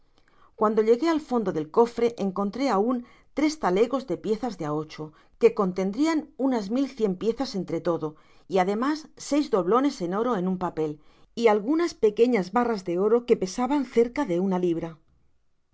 cuando llegué al fondo del cofre encontré aun tres talegos de piezas de á ocho que contendrian unas mil y cien piezas entre todo y ademas seis doblones en oro en un papel y algunas pequeñas barras de oro que pesaban cerca de una libra